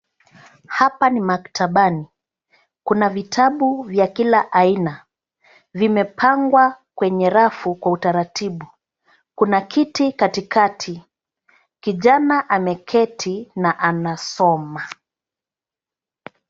Hapa ni maktabani. Kuna vitabu vya kila aina. Vimepangwa kwenye rafu kwa utaratibu. Kuna kiti katikati. Kijana ameketi na anasoma.